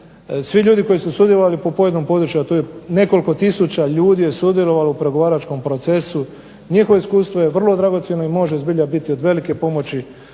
svi ljudi koji su sudjelovali po pojedinom području, a nekoliko tisuća ljudi je sudjelovalo u pregovaračkom procesu. Njihovo iskustvo je vrlo dragocjeno i može zbilja biti od velike pomoći